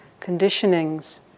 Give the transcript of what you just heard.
conditionings